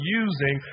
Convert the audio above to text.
using